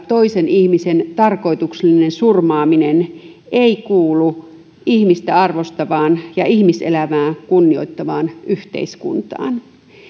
toisen ihmisen tarkoituksellinen surmaaminen ei kuulu ihmistä arvostavaan ja ihmiselämää kunnioittavaan yhteiskuntaan